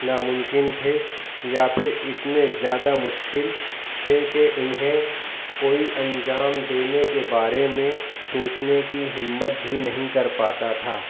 ناممکن تھے یا پھر اتنے زیادہ مشکل تھے کہ انہیں کوئی انجام دینے کے بارے میں سوچنے کی ہمت بھی نہیں کر پاتا تھا